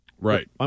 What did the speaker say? Right